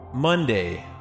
Monday